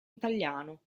italiano